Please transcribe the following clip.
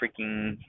freaking